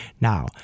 Now